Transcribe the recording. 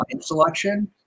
selection